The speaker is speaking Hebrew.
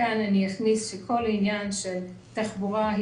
כאן אני אכניס שכל עניין של תחבורה הוא